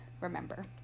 remember